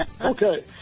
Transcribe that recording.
Okay